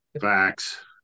Facts